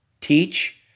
teach